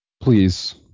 Please